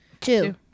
two